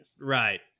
Right